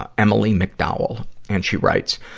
ah emily mcdowell. and she writes,